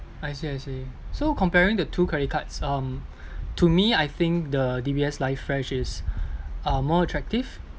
I see I see so comparing the two credit cards um to me I think the D_B_S live fresh is uh more attractive